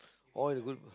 all good